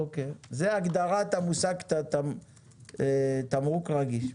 זאת הגדרת המושג תמרוק רגיש.